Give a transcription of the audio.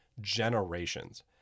generations